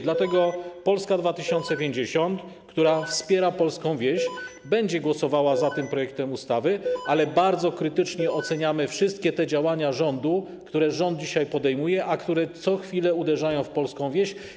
Dlatego Polska 2050, która wspiera polską wieś, będzie głosowała za tym projektem ustawy, ale jednocześnie chcę powiedzieć, że bardzo krytycznie oceniamy wszystkie te działania, które rząd dzisiaj podejmuje, a które co chwila uderzają w polską wieś.